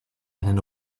einen